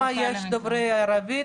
כמה יש דוברי ערבית,